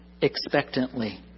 expectantly